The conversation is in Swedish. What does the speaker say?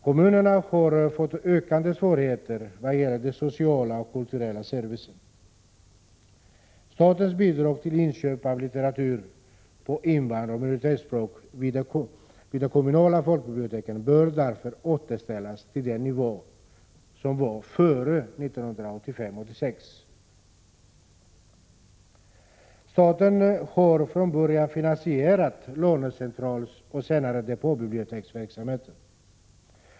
Kommunerna har fått ökande svårigheter vad gäller den sociala och kulturella servicen. Statens bidrag till inköp av litteratur på invandraroch minoritetsspråk vid de kommunala folkbiblioteken bör därför återställas till den nivå som gällde före 1985/86. Staten har från början finansierat lånecentralsoch senare depåbiblioteksverksamheten.